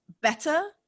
better